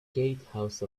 gatehouse